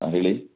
ಹಾಂ ಹೇಳಿ